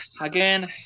again